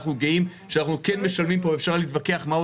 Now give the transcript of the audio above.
ואנחנו גאים שאנחנו כן משלמים ואפשר להתווכח מהו